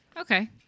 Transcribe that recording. Okay